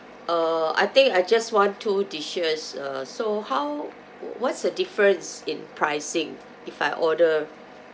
uh I think I just want two dishes uh so how what's the difference in pricing if I order